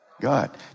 God